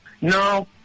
No